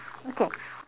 okay